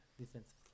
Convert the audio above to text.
defensive